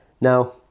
Now